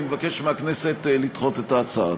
אני מבקש מהכנסת לדחות את ההצעה.